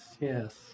Yes